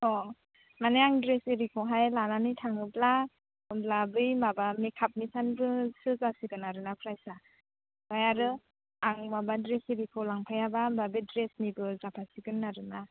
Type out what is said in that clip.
अ माने आं ड्रेस आरिखौहाय लानानै थाङोब्ला होमब्ला बै माबा मेकआपनिल' जासिगोन आरो ना प्राइसआ ओमफ्राय आरो आं माबा ड्रेस आरिखौ लांफायाबा बे ड्रेसनिबो जाफासिगोन आरो ना